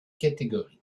catégories